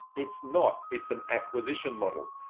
it's not. it's an acquisition model.